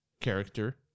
character